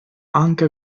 anche